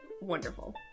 wonderful